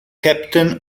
capitan